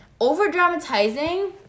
Over-dramatizing